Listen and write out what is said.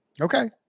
Okay